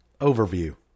Overview